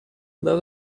let